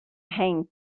hang